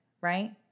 right